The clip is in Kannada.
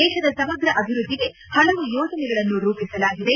ದೇಶದ ಸಮಗ್ರ ಅಭಿವೃದ್ಧಿಗೆ ಹಲವು ಯೋಜನೆಗಳನ್ನು ರೂಪಿಸಲಾಗಿದೆ